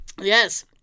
Yes